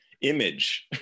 image